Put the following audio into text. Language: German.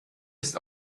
ist